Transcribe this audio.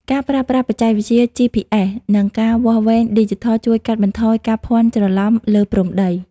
ការប្រើប្រាស់បច្ចេកវិទ្យា GPS និងការវាស់វែងឌីជីថល ជួយកាត់បន្ថយការភ័ន្តច្រឡំលើព្រំដី។